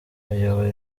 ayobora